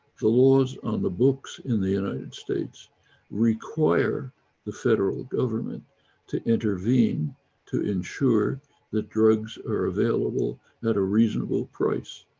the laws on the books in the united states require the federal government to intervene to ensure that drugs are available at a reasonable price.